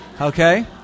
Okay